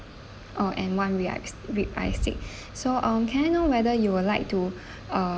oh and one ribeye ribeye steak so um can I know whether you will like to uh